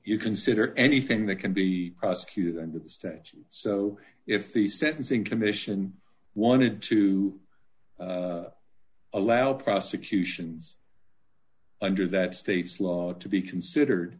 you consider anything that can be prosecuted under the statute so if the sentencing commission wanted to allow prosecutions under that state's law to be considered